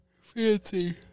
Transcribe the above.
Fancy